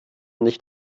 nicht